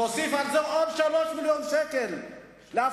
תוסיף על זה עוד שלוש מיליון שקל לאבטחה,